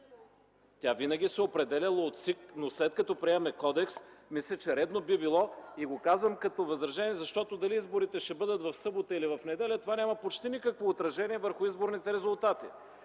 Винаги се е определяла от ЦИК, но след като приемем кодекс, мисля, че редно би било – и го казвам като възражение, защото дали изборите ще бъдат в събота или в неделя – това няма почти никакво отражение върху изборните резултати.